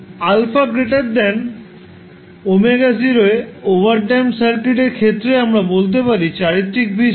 α ω0 এ overdamp circuit এর ক্ষেত্রে আমরা বলতে পারি চারিত্রিক বীজ হবে